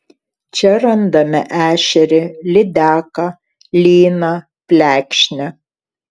čia randame ešerį lydeką lyną plekšnę